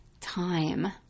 time